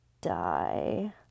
die